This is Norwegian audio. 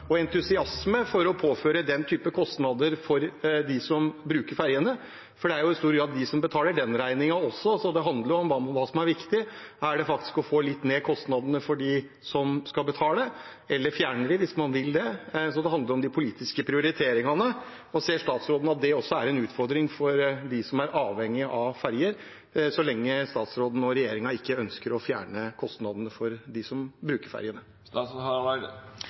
å påføre den typen kostnader for dem som bruker ferjene, for det er i stor grad de som betaler den regningen også, så det handler om hva som er viktig. Er det faktisk å få kostnadene litt ned for dem som skal betale – eller fjerne dem, hvis man vil det? Det handler om de politiske prioriteringene. Ser statsråden at det er en utfordring for dem som er avhengig av ferjer, så lenge statsråden og regjeringen ikke ønsker å fjerne kostnadene for dem som bruker ferjene?